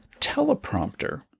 teleprompter